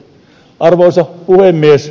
arvoisa puhemies